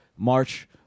march